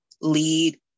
lead